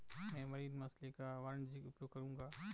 मैं मरीन मछली का वाणिज्यिक उपयोग करूंगा